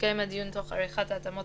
יתקיים הדיון תוך עריכת התאמות